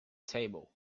table